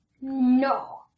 No